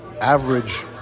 average